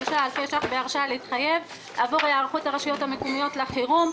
אלפי ש"ח בהרשאה להתחייב עבור היערכות הרשויות המקומיות לחירום,